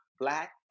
Black